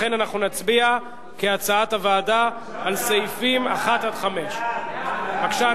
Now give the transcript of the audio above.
לכן אנחנו נצביע כהצעת הוועדה על סעיפים 1 5. בבקשה,